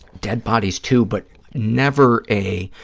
dead bodies, too, but never a,